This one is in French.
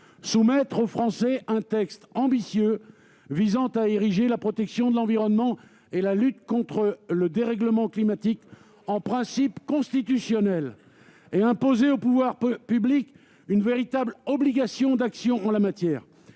soumettre aux Français un texte ambitieux visant à ériger la protection de l'environnement et la lutte contre le dérèglement climatique en principe constitutionnel et imposer ainsi aux pouvoirs publics une véritable obligation d'action en la matière.